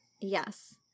Yes